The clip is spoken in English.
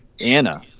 Anna